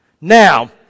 Now